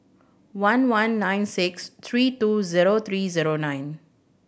one one nine six three two zero three zero nine